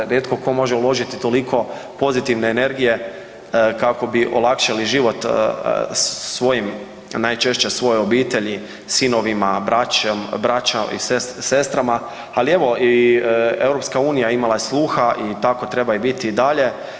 Rijetko tko može uložiti toliko pozitivne energije kako bi olakšali život svojim, najčešće svojoj obitelji, sinovima, braći i sestrama, ali evo i EU je imala sluha i tako treba biti i dalje.